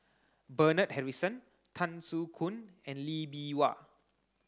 Bernard Harrison Tan Soo Khoon and Lee Bee Wah